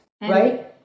right